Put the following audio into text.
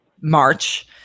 March